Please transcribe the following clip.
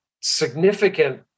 significant